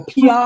PR